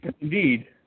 Indeed